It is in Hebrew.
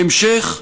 בהמשך,